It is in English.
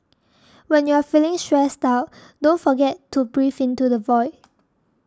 when you are feeling stressed out don't forget to breathe into the void